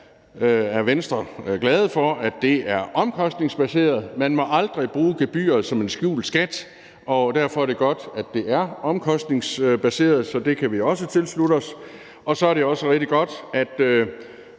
er Venstre glade for, at det er omkostningsbaseret. Man må aldrig bruge gebyret som en skjult skat, og derfor er det godt, at det er omkostningsbaseret, så det kan vi også tilslutte os. Og så er det også rigtig godt, at